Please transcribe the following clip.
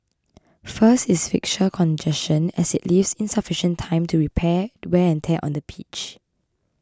first is fixture congestion as it leaves insufficient time to repair the wear and tear on the pitch